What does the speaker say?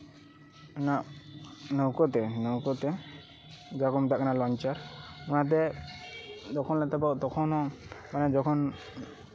ᱚᱱᱟ ᱱᱳᱣᱠᱟᱹ ᱛᱮ ᱱᱳᱣᱠᱟᱹ ᱛᱮ ᱡᱟᱦᱟᱸ ᱠᱚ ᱢᱮᱛᱟᱜ ᱠᱟᱱᱟ ᱞᱚᱝᱪ ᱚᱱᱟᱛᱮ ᱡᱚᱠᱷᱚᱱ ᱞᱮ ᱛᱟᱵᱚᱜ ᱛᱚᱠᱷᱚᱱ ᱢᱟᱱᱮ